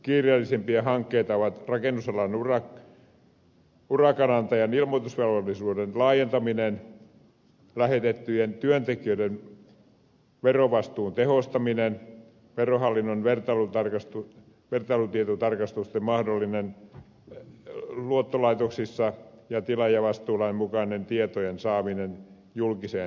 kiireellisimpiä hankkeita ovat rakennusalan urakanantajan ilmoitusvelvollisuuden laajentaminen lähetettyjen työtekijöiden verovastuun tehostaminen verohallinnon vertailutietotarkastusten mahdollinen luottolaitoksissa ja tila ja vastuulain mukainen tietojen saaminen julkiseen rekisteriin